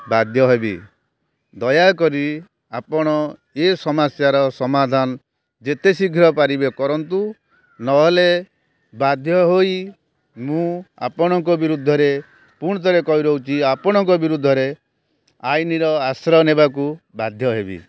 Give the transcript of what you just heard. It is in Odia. ବାଧ୍ୟ ହେବି ଦୟାକରି ଆପଣ ଏ ସମସ୍ୟାର ସମାଧାନ ଯେତେଶୀଘ୍ର ପାରିବେ କରନ୍ତୁ ନହେଲେ ବାଧ୍ୟ ହୋଇ ମୁଁ ଆପଣଙ୍କ ବିରୁଦ୍ଧରେ ପୁଣିଥରେ କହି ରହୁଛି ଆପଣଙ୍କ ବିରୁଦ୍ଧରେ ଆଇନର ଆଶ୍ରୟ ନେବାକୁ ବାଧ୍ୟ ହେବି